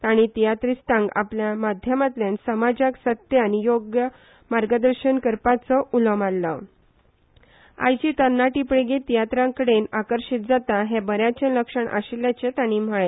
तांणी तियात्रिस्तांक आपल्या माध्यमातल्यान समाजाक सत्य आनी योग्य मार्गदर्शन करपाचो उलो मारून आयची तरणाटी पिळगी तियात्राकडेन आकर्शीत जाता हे बऱ्याचे लक्षण आशिल्ल्याचे तांणी म्हणले